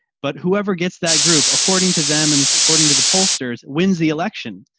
but whoever gets that group according to them, and according to the pollsters wins the election.